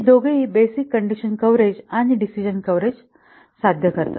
हे दोघेही basic condition coverage आणि डिसिजणं कव्हरेज दोन्ही साध्य करतील